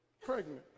pregnant